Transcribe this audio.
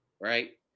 right